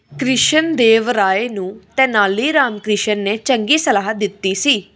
ਕ੍ਰਿਸ਼ਨ ਦੇਵ ਰਾਏ ਨੂੰ ਤੇਨਾਲੀ ਰਾਮਕ੍ਰਿਸ਼ਨ ਨੇ ਚੰਗੀ ਸਲਾਹ ਦਿੱਤੀ ਸੀ